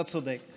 אתה צודק.